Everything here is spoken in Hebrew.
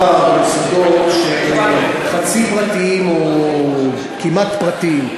מדובר פה במוסדות שהם חצי פרטיים או כמעט פרטיים.